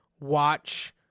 watch